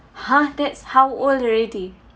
!huh! that's how old already